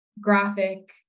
graphic